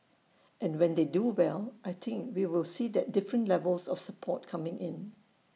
and when they do well I think we will see that different levels of support coming in